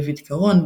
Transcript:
דוד קרון,